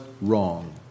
wrong